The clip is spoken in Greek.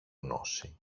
γνώση